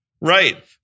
Right